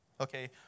Okay